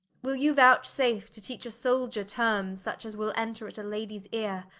will you vouchsafe to teach a souldier tearmes, such as will enter at a ladyes eare,